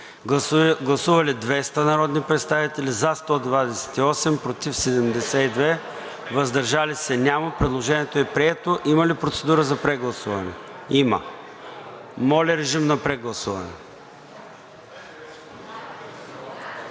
Гласували 200 народни представители: за 128, против 72, въздържали се няма. Предложението е прието. Има ли процедура за прегласуване? (Реплики: „Прегласуване!“)